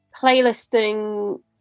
playlisting